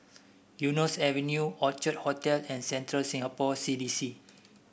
Eunos Avenue Orchid Hotel and Central Singapore C D C